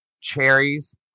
cherries